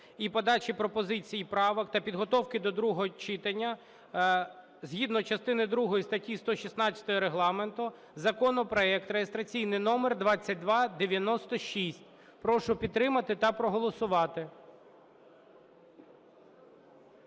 і подачі пропозицій і правок та підготовки до другого читання, згідно частини другої статті 116 Регламенту, законопроект реєстраційний номер 2296. Прошу підтримати та проголосувати.